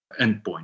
endpoint